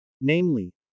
namely